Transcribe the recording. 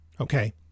Okay